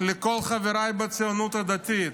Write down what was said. לכל חבריי בציונות הדתית: